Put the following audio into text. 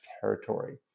territory